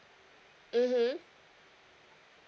mmhmm